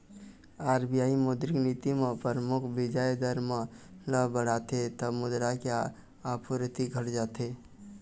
RBI मौद्रिक नीति म परमुख बियाज दर मन ल बढ़ाथे तब मुद्रा के आपूरति घट जाथे